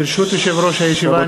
ברשות יושב-ראש הישיבה,